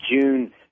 June